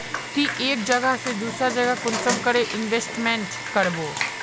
ती एक जगह से दूसरा जगह कुंसम करे इन्वेस्टमेंट करबो?